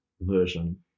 version